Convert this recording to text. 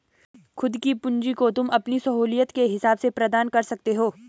खुद की पूंजी को तुम अपनी सहूलियत के हिसाब से प्रदान कर सकते हो